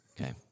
Okay